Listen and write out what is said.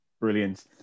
Brilliant